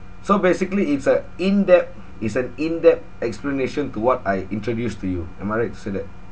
so basically it's a in depth it's an in depth explanation to what I introduced to you am I right to say that